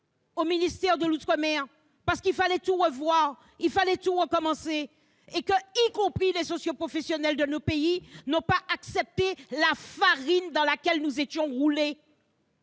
au ministère des outre-mer, parce qu'il fallait tout revoir et tout recommencer ? Même les socio-professionnels de nos pays n'ont pas accepté la farine dans laquelle nous étions roulés